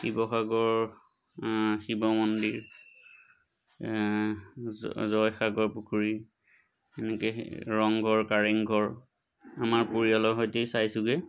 শিৱসাগৰ শিৱ মন্দিৰ জয়সাগৰ পুখুৰী এনেকৈ ৰংঘৰ কাৰেংঘৰ আমাৰ পৰিয়ালৰ সৈতেই চাইছোগৈ